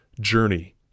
journey